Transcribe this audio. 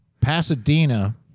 Pasadena